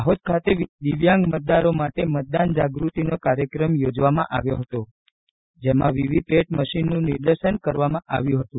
દાહોદ ખાતે દિવ્યાંગ મતદારો માટે મતદાન જાગૃતિનો કાર્યક્રમ યોજવામાં આવ્યો હતા જેમાં વીવીપેટ મશીનનું નિદર્શન કરવામાં આવ્યું હતું